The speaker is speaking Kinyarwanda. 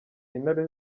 intare